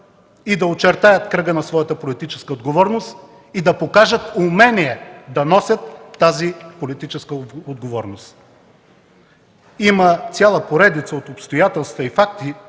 и да очертаят кръга на своята политическа отговорност, и да покажат умение да носят тази политическа отговорност. Има цяла поредица от обстоятелства и факти,